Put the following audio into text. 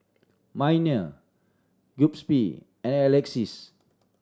Minor Giuseppe and Alexis